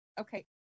Okay